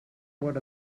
what